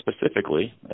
specifically